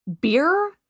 beer